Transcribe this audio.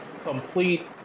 complete